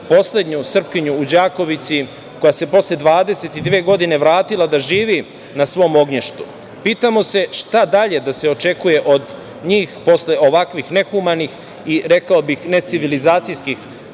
poslednju Srpkinju u Đakovici, koja se posle 22 godine vratila da živi na svom ognjištu. Pitamo se, šta dalje da se očekuje od njih posle ovakvih nehumanih i rekao bih necivilizacijskih